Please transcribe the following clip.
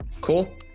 Cool